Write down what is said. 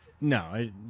No